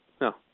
no